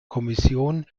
kommission